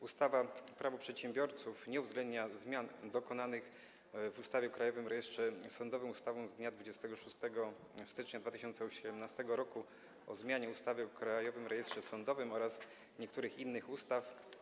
Ustawa Prawo przedsiębiorców nie uwzględnia zmian dokonanych w ustawie o Krajowym Rejestrze Sądowym ustawą z dnia 26 stycznia 2018 r. o zmianie ustawy o Krajowym Rejestrze Sądowym oraz niektórych innych ustaw.